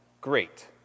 great